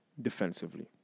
defensively